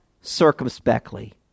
circumspectly